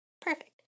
perfect